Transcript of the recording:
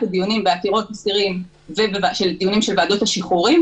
הדיונים בעתירות אסירים של דיונים של ועדות השחרורים,